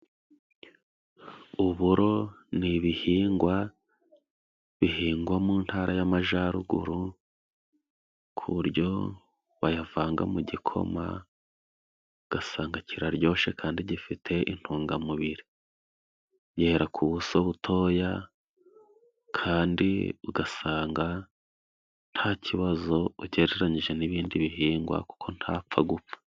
Uburo ni ibihingwa, bihingwa mu ntara y'amajaruguru ku buryo bayavanga mu gikoma ugasanga kiraryoshe kandi gifite intungamubiri. Yera ku buso butoya kandi ugasanga nta kibazo ugereranyije n'ibindi bihingwa kuko ntapfa gupfa.